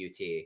ut